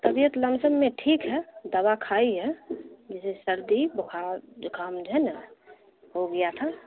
طبیعت لم سم میں ٹھیک ہے دوا کھائی ہے جیسے سردی بخار زُخام جو ہے نا ہو گیا تھا